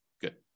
Good